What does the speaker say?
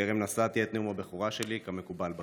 טרם נשאתי את נאום הבכורה שלי כמקובל בכנסת,